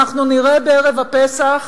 אנחנו נראה בערב הפסח